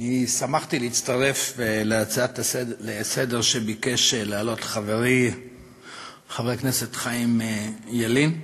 שמחתי להצטרף להצעה לסדר-היום שביקש להעלות חברי חבר הכנסת חיים ילין,